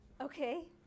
Okay